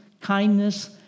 kindness